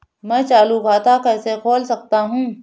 मैं चालू खाता कैसे खोल सकता हूँ?